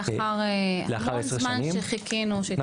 לאחר המון זמן שחיכינו שתתכנס.